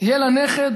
יהיה לה נכד